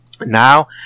now